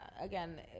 again